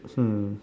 hmm